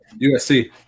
USC